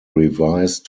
revised